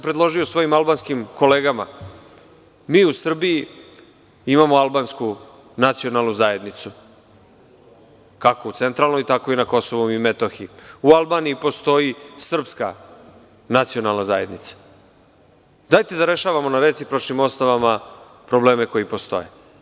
Predložio sam svojim albanskim kolegama – mi u Srbiji imamo albansku nacionalnu zajednicu, kako u centralnoj, tako i na Kosovu i Metohiji, u Albaniji postoji srpska nacionalna zajednica, pa dajte da rešavamo na recipročnim osnovama probleme koji postoje.